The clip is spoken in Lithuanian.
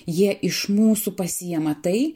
jie iš mūsų pasiima tai